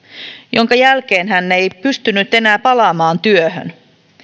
mikä jälkeen hän ei pystynyt enää palaamaan työhön